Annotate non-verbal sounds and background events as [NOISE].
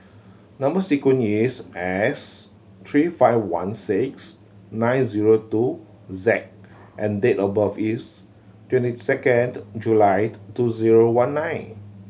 number sequence is S three five one six nine zero two Z and date of birth is twenty second July [UNINTELLIGIBLE] two zero one nine